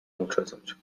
uczesać